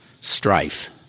strife